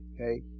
Okay